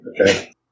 Okay